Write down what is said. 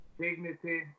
dignity